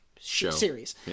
series